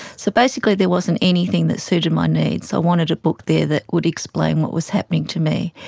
so basically there wasn't anything that suited my needs. i wanted a book there that would explain what was happening to me.